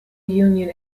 union